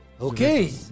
okay